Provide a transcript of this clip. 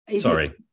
Sorry